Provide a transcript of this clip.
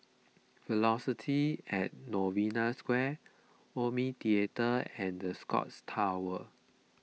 Velocity at Novena Square Omni theatre and the Scotts Tower